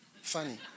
Funny